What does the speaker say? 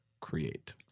create